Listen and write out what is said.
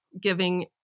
giving